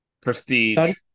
Prestige